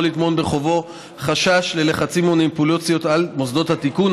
לטמון בחובו חשש ללחצים ומניפולציות על מוסדות התכנון,